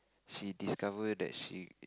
she discover that she